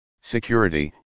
security